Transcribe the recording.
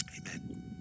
amen